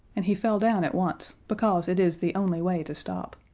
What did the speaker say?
and he fell down at once, because it is the only way to stop.